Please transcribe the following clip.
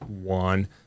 one